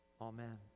Amen